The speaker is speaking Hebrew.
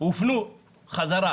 הופנו חזרה.